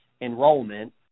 enrollment